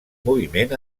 moviment